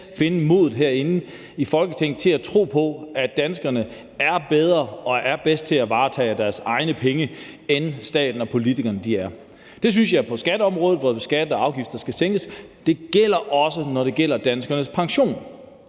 finde modet herinde i Folketinget til at tro på, at danskerne er bedre til at varetage deres egne penge, end staten og politikerne er. Det synes jeg på skatteområdet, hvor skatter og afgifter skal sænkes, og det synes jeg også, når det gælder danskernes pension.